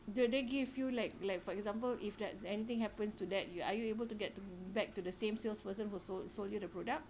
do they give you like like for example if that's anything happens to that you are you able to get to back to the same salesperson who sold sold you the product